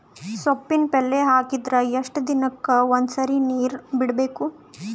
ಸೊಪ್ಪಿನ ಪಲ್ಯ ಹಾಕಿದರ ಎಷ್ಟು ದಿನಕ್ಕ ಒಂದ್ಸರಿ ನೀರು ಬಿಡಬೇಕು?